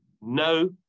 No